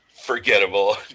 forgettable